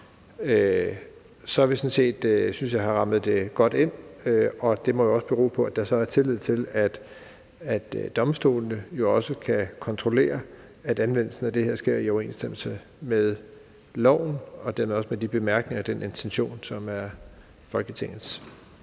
så synes jeg sådan set, at vi har rammet det godt ind. Det må også hvile på, at der så er tillid til, at domstolene jo også kan kontrollere, at anvendelsen af det her sker i overensstemmelse med loven og dermed også med de bemærkninger og den intention, som er Folketingets.